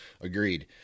agreed